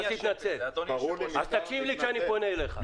אל תתנצל, תקשיב לי שאני פונה אליך.